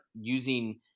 using